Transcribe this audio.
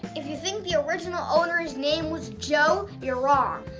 if you think the original owner's name was joe you're wrong!